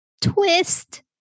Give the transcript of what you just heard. twist